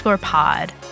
pod